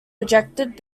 rejected